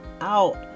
out